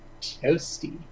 toasty